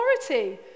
authority